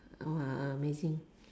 oh a~ amazing